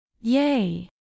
Yay